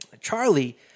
Charlie